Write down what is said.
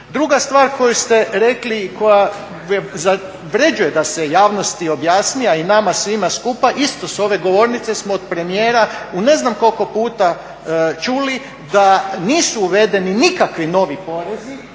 Druga stvar koju ste rekli i koja zavrjeđuje da se javnosti objasni a i nama svima skupa isto s ove govornice smo od premijera u ne znam koliko puta čuli da nisu uvedeni nikakvi novi porezi